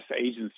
agents